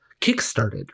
kickstarted